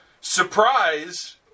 surprise